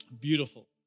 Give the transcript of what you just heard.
Beautiful